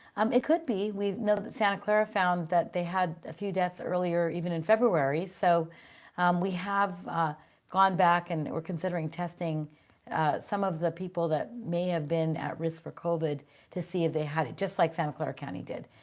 um it could be. we know that the santa clara found that they had a few deaths earlier, even in february, so we have gone back and we're considering testing some of the people that may have been at risk for covid to see if they had it, just like santa clara county did.